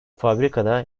fabrikada